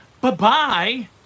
Bye-bye